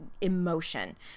emotion